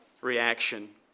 reaction